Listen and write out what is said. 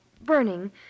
burning